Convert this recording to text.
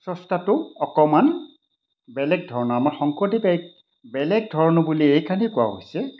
স্ৰষ্টাটো অকণমান বেলেগ ধৰণৰ আমাৰ শংকৰদেৱ এক বেলেগ ধৰণৰ বুলি এইখিনি কোৱা হৈছে